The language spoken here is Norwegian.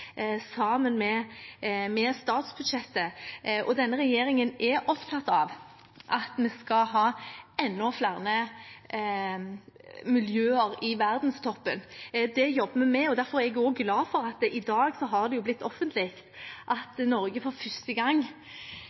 sammen med statsbudsjettet, og denne regjeringen er opptatt av at vi skal ha enda flere miljøer i verdenstoppen. Det jobber vi med, og derfor er jeg glad for at det i dag har blitt offentlig at Norge for første gang